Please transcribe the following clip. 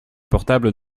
portables